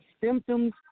symptoms